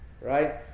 right